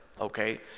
Okay